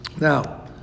Now